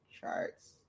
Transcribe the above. Charts